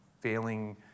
failing